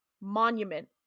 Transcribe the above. Monument